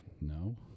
No